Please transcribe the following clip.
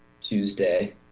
Tuesday